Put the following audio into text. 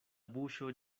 buŝo